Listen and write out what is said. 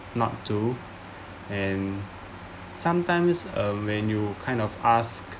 not to and sometimes uh when you kind of asked